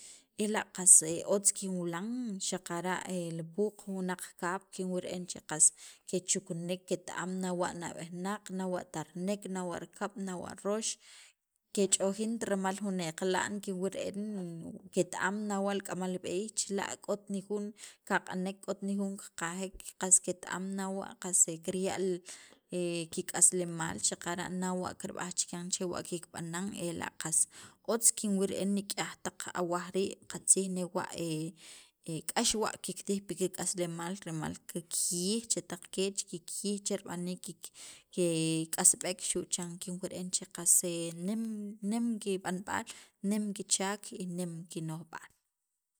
ela' qas otz kinwilan, xaqara' el puuq wunaq kaab' kinwil re'en che qas kechuknek ket- am nawa' nab'ejnaq, nawa' tarnek, nawa' kab' nawa' roox kech'ojint rimal jun eqla'n kinwil re'en ket- am nawa' li k'amal b'eey k'ot nijun kaq'anek k'ot nijun kaq'anek, k'ot nijun kiq'ajek qas ket- am nawa' qas kirya' kik'aslemaal xaqara' nawa' kirb'aj chikyan chewa' kikb'anan ela' qas otz kinwil re'en nik'yaj taq awaj rii', qatzij newa' k'ax wa' kiktij pi kik'aslemal rimal kikjiyij chetaq keech, kikjiyij che rib'aniik kik ke k'asb'ek xu' chan kinwil re'en qs nem nem kib'anb'al, nem kichaak y nem kino'jb'aal.